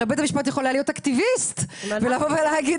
הרי בית המשפט יכול היה להיות אקטיביסט ולבוא ולהגיד,